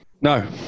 No